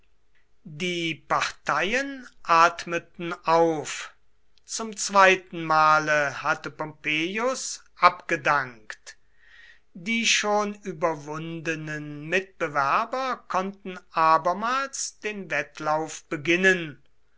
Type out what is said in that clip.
die parteien atmeten auf zum zweiten male hatte pompeius abgedankt die schon überwundenen mitbewerber konnten abermals den wettlauf beginnen